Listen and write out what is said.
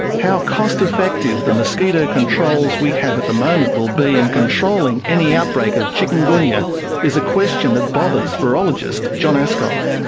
how cost effective the mosquito controls we have at the moment will be in controlling any outbreak of chikungunya is a question that bothers virologist john aaskov.